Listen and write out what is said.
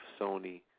Sony